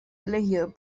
elegido